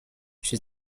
she